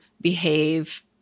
behave